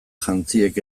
jantziek